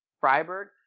Freiburg